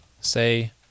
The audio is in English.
say